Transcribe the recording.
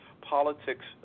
politics